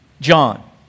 John